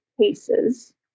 cases